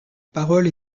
parole